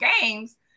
games